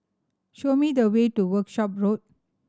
show me the way to Workshop Road